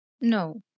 No